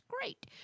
great